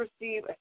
receive